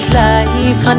life